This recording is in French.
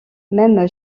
même